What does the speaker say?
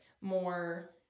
more